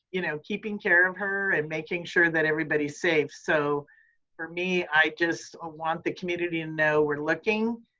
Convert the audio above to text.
you know, keeping care of her and making sure that everybody's safe. so for me, i just ah want the community and know we're looking,